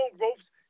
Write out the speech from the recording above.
ropes